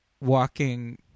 Walking